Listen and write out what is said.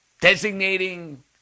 designating